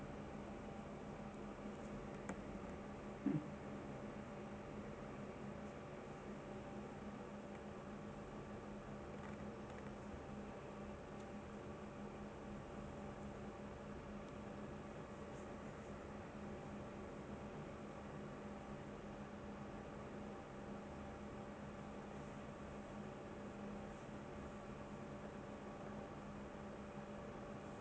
mm